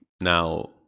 Now